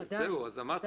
אמרתי,